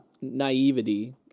naivety